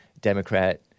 Democrat